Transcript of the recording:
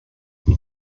ich